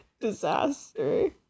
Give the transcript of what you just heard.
Disaster